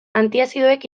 antiazidoek